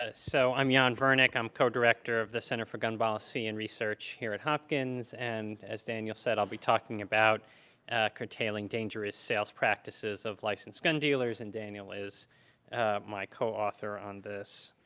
ah so i'm jon yeah and vernick. i'm co-director of the center for gun policy and research here at hopkins. and as daniel said, i'll be talking about curtailing dangerous sales practices of licensed gun dealers. and daniel is my co-author on this.